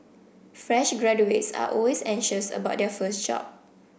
fresh graduates are always anxious about their first job